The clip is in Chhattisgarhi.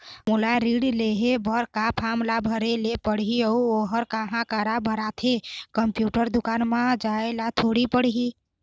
मोला ऋण लेहे बर का फार्म ला भरे ले पड़ही अऊ ओहर कहा करा भराथे, कंप्यूटर दुकान मा जाए ला थोड़ी पड़ही?